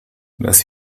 las